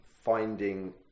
finding